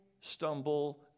stumble